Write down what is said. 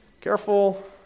Careful